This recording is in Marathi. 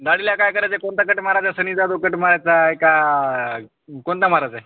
दाढीला काय करायंय कोणता कट मारांयचाय सनि जादव कट मारायचाय का कोणता माराचांय